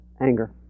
anger